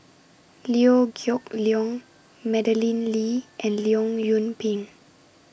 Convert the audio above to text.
Liew Geok Leong Madeleine Lee and Leong Yoon Pin